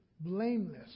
blameless